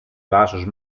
δάσος